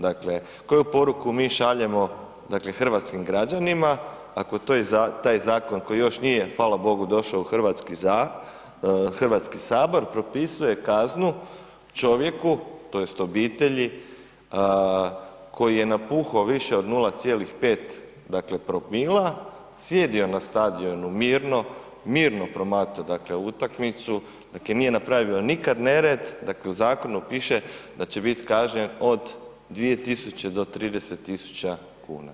Dakle koju poruku mi šaljemo dakle hrvatskim građanima, ako to taj zakon koji još nije hvala Bogu došao u hrvatski Sabor propisuje kaznu čovjeku, tj. obitelji koji je napuhao više od 0,5 dakle promila, sjedio na stadionu mirno, mirno promatrao dakle utakmicu, dakle nije napravio nikad nered, dakle u zakonu piše da će biti kažnjen od 2 tisuće do 30 tisuća kuna.